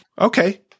Okay